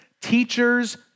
teachers